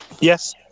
Yes